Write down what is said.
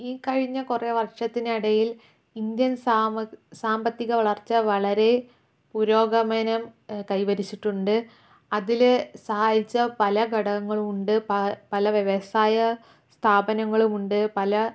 ഈ കഴിഞ്ഞ കുറേ വർഷത്തിനിടയിൽ ഇന്ത്യൻ സാമ്പത്തികവളർച്ച വളരെ പുരോഗമനം കൈവരിച്ചിട്ടുണ്ട് അതില് സഹായിച്ച പല ഘടകങ്ങളുണ്ട് പല വ്യവസായ സ്ഥാപനങ്ങളുമുണ്ട് പല